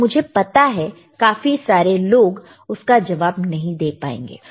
तो मुझे पता है काफी सारे लोग उसका जवाब नहीं दे पाएंगे